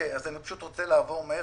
לעבור מהר